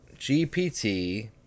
GPT